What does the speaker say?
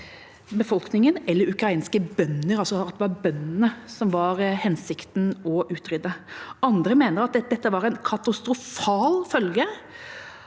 befolkningen eller ukrainske bønder – altså at det var bøndene det var hensikten å utrydde. Andre mener at dette var en katastrofal følge